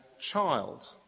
child